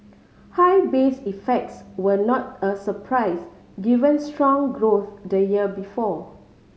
high base effects were not a surprise given strong growth the year before